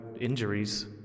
injuries